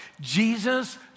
Jesus